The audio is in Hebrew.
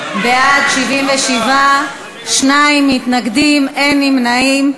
77, שניים מתנגדים, אין נמנעים.